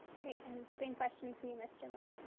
and same question for you, mr. miller.